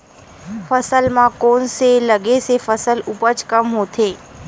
फसल म कोन से लगे से फसल उपज कम होथे?